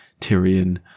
Tyrion